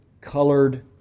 colored